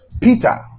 Peter